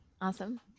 Awesome